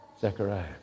Zechariah